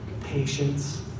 patience